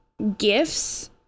Gifts